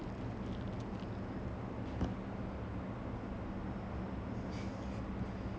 it looks almost just like a normal payasam without anything inside maybe they'll put like badam paruppu paruppu or something